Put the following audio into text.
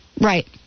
right